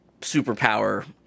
superpower